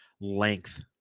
length